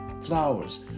flowers